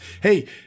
Hey